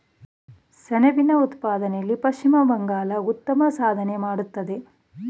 ಸೆಣಬಿನ ಉತ್ಪಾದನೆಯಲ್ಲಿ ಪಶ್ಚಿಮ ಬಂಗಾಳ ಉತ್ತಮ ಸಾಧನೆ ಮಾಡತ್ತದೆ